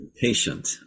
patient